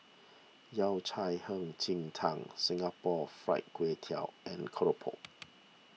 Yao Cai Hei Ji Tang Singapore Fried Kway Tiao and Keropok